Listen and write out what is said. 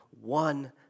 one